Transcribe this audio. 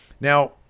Now